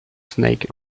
snake